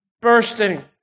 bursting